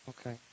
Okay